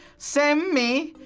same me.